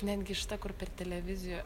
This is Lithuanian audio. netgi šita kur per televiziją